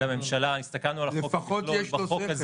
-- לממשלה הסתכלנו על החוק כמכלול ובחוק הזה